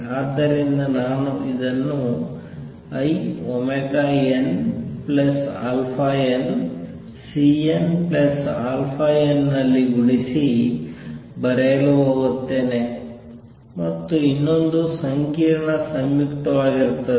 ಆದ್ದರಿಂದ ನಾನು ಇದನ್ನು inαnCnαn ನಲ್ಲಿ ಗುಣಿಸಿ ಬರೆಯಲು ಹೋಗುತ್ತೇನೆ ಮತ್ತು ಇನ್ನೊಂದು ಸಂಕೀರ್ಣ ಸಂಯುಕ್ತವಾಗಿರುತ್ತದೆ